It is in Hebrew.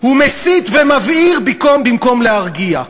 הוא מסית ומבעיר במקום להרגיע,